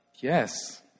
Yes